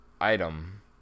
item